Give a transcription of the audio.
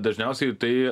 dažniausiai tai